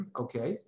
okay